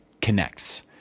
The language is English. connects